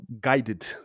guided